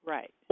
Right